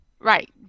right